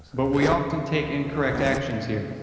but we often take incorrect actions here,